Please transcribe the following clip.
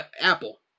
Apple